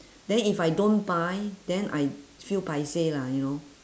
then if I don't buy then I feel paiseh lah you know